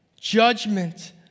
judgment